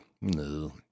no